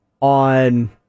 on